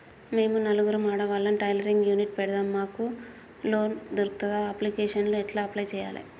మేము నలుగురం ఆడవాళ్ళం టైలరింగ్ యూనిట్ పెడతం మాకు లోన్ దొర్కుతదా? అప్లికేషన్లను ఎట్ల అప్లయ్ చేయాలే?